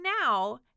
now